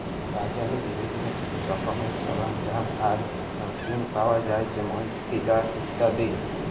বাজারে বিভিল্ল্য রকমের সরলজাম আর মেসিল পাউয়া যায় যেমল টিলার ইত্যাদি